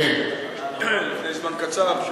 לפני זמן קצר,